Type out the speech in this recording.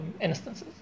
instances